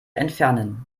entfernen